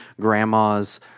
grandma's